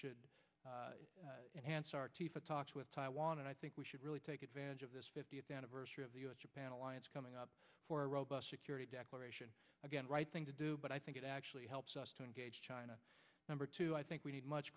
should enhance our t for talks with taiwan and i think we should really take advantage of this fiftieth anniversary of the us japan alliance coming up for a robust security declaration again right thing to do but i think it actually helps us to engage china number two i think we need much